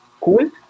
Cool